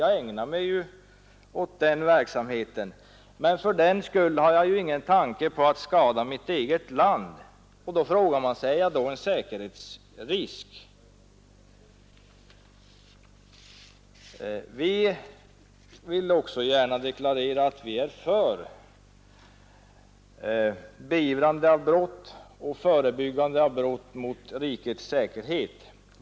Jag ägnar mig åt den verksamheten, men fördenskull har jag ingen tanke på att skada mitt eget land. Är jag då en säkerhetsrisk? Vi vill också gärna deklarera att vi är för beivrande och förebyggande av brott mot rikets säkerhet.